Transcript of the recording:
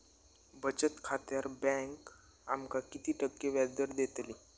बचत खात्यार बँक आमका किती टक्के व्याजदर देतली?